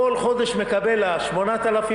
כל חודש מקבל את ה-8,000,